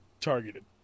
targeted